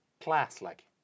Class-like